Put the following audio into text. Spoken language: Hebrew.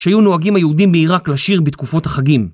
שהיו נוהגים היהודים מאיראק לשיר בתקופות החגים.